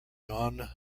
ion